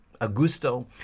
Augusto